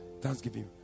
Thanksgiving